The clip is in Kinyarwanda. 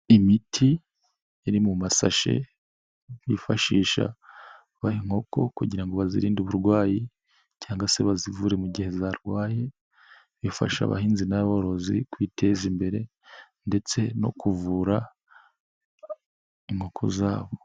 Imiti iri mu masashe, bifashisha baha inkoko kugira ngo bazirinde uburwayi cyangwa se bazivure mu gihe zarwaye. Bifasha abahinzi n'aborozi kwiteza imbere ndetse no kuvura inkoko zabo.